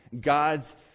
God's